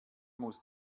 muss